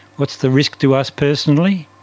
what's the risk to us personally?